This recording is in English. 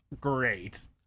great